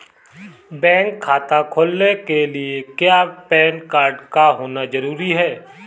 Bank खाता खोलने के लिए क्या पैन कार्ड का होना ज़रूरी है?